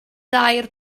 dair